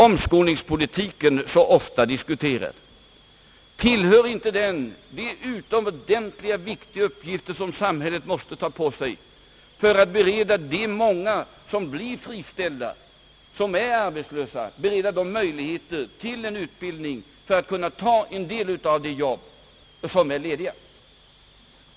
Omskolningspolitiken, så ofta diskuterad, tillhör de utomordentligt viktiga uppgifter som samhället måste ta på sig för att bereda de många arbetslösa möjligheter till en utbildning som möjliggör för dem att ta en del av de arbeten som är lediga.